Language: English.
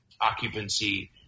occupancy